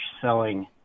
selling